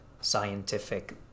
scientific